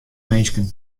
minsken